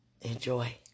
enjoy